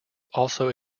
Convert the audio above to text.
also